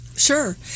Sure